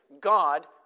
God